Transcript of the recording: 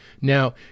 now